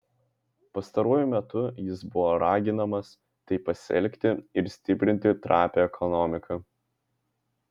pastaruoju metu jis buvo raginamas taip pasielgti ir stiprinti trapią ekonomiką